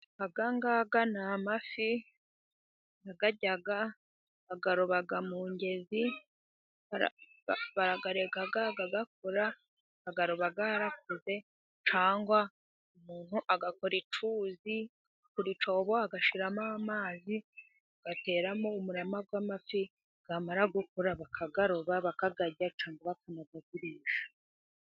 Aya ngaya ni amafi barayarya, bayaroba mu ngezi. Barayareka agakura, bayaroba yarakuze cyangwa umuntu agakora icyuzi. Bacukura icyobo bagashyiramo amazi, bagateramo umurama w'amafi, yamara gukura bakayaroba bakayarya cyangwa bakanayagurisha.